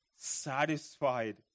satisfied